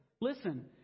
Listen